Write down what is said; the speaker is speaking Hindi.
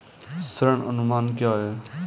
ऋण अनुमान क्या है?